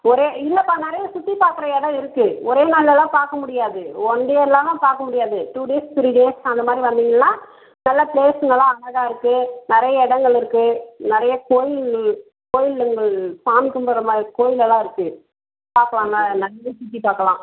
ஒரே இல்லைப்பா நிறைய சுற்றிப் பார்க்குற இடம் இருக்குது ஒரே நாளில் எல்லாம் பார்க்க முடியாது ஒன் டேலெலாம் பார்க்க முடியாது டூ டேஸ் த்ரீ டேஸ் அந்த மாதிரி வந்தீங்கனால் நல்ல ப்ளேஸுங்கள்லாம் அழகாக இருக்குது நிறைய இடங்கள் இருக்குது நிறைய கோயில் கோயிலுங்கள் சாமி கும்புடுற மாதிரி கோயில் எல்லாம் இருக்குது பார்க்கலாங்க நடந்தே சுற்றிப் பார்க்கலாம்